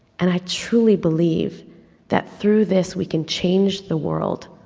and i truly believe that through this, we can change the world,